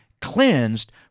cleansed